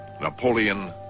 Napoleon